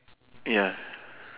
ya